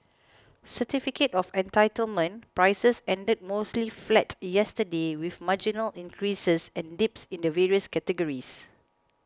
certificate of entitlement prices ended mostly flat yesterday with marginal increases and dips in the various categories